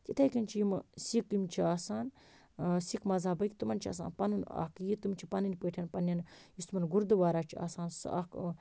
تِتھے کنۍ چھِ یِم سِک یِم چھِ آسان سِک مَذہَبٕک تِمن چھُ آسان پَنُن اکھ یہِ تِم چھِ آسان پَنن پٲٹھۍ پنٕنٮ۪ن یُس تِمَن گُردُوارا چھُ آسان اکھ